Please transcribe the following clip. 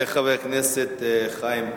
תודה לחבר הכנסת חיים כץ,